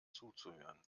zuzuhören